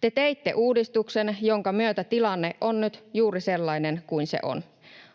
Te teitte uudistuksen, jonka myötä tilanne on nyt juuri sellainen kuin se on.